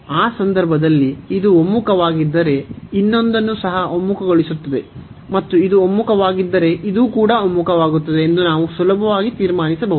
ಆ ಸಂದರ್ಭದಲ್ಲಿ ಇದು ಒಮ್ಮುಖವಾಗಿದ್ದರೆ ಇನ್ನೊಂದನ್ನು ಸಹ ಒಮ್ಮುಖಗೊಳಿಸುತ್ತದೆ ಮತ್ತು ಇದು ಒಮ್ಮುಖವಾಗಿದ್ದರೆ ಇದು ಕೂಡ ಒಮ್ಮುಖವಾಗುತ್ತದೆ ಎಂದು ನಾವು ಸುಲಭವಾಗಿ ತೀರ್ಮಾನಿಸಬಹುದು